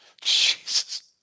Jesus